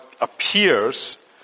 appears